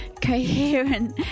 coherent